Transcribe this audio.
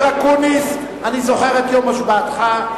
אקוניס, אני זוכר את יום השבעתך.